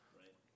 right